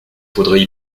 faudrait